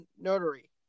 notary